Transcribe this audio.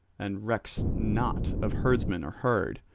and recks not of herdsmen or herd,